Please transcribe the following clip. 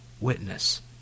witness